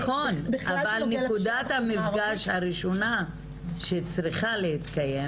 נכון אבל נקודת המפגש הראשונה שצריכה להתקיים,